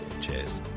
Cheers